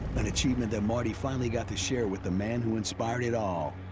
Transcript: an achievement that marty finally got to share with the man who inspired it all